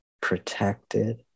protected